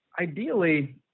ideally